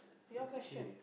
your question